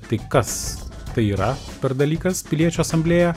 tai kas tai yra per dalykas piliečių asamblėja